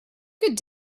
good